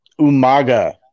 Umaga